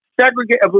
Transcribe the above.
segregate